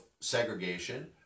segregation